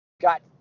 got